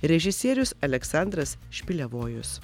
režisierius aleksandras špilevojus